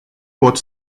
pot